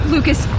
Lucas